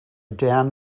dan